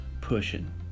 pushing